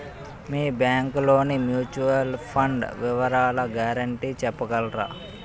మీ bank లోని mutual fund వివరాల guarantee చెప్పగలరా?